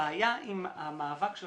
הבעיה עם המאבק של